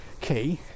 key